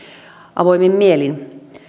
avoimin mielin